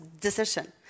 decision